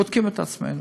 בודקים את עצמנו.